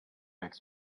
next